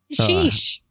sheesh